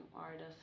artist